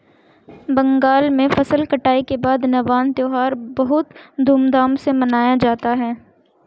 बंगाल में फसल कटाई के बाद नवान्न त्यौहार बहुत धूमधाम से मनाया जाता है